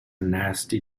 nasty